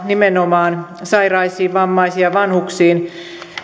nimenomaan sairaisiin vammaisiin ja vanhuksiin pahimmin varmaankin osuvat